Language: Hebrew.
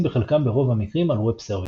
בחלקם ברוב המקרים על Web Services.